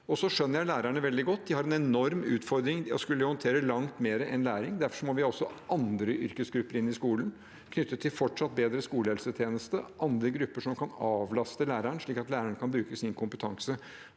Så skjønner jeg lærerne veldig godt. De har en enorm utfordring i å skulle håndtere langt mer enn læring. Derfor må vi også ha andre yrkesgrupper inn i skolen, knyttet til fortsatt bedre skolehelsetjeneste og andre grupper som kan avlaste læreren, slik at læreren kan bruke sin kompetanse